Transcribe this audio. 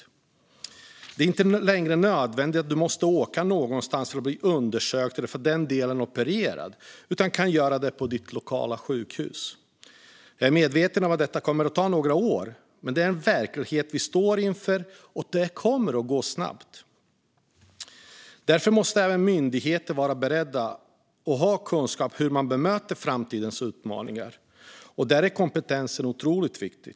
Det kommer inte längre att vara nödvändigt att åka någonstans för att bli undersökt eller för den delen opererad, utan du kommer att kunna göra det på ditt lokala sjukhus. Jag är medveten om att detta kommer att ta några år. Det är dock en verklighet vi står inför, och det kommer att gå snabbt. Därför måste även myndigheter vara beredda och ha kunskap om hur man bemöter framtidens utmaningar. Där är kompetensen otroligt viktig.